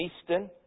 Eastern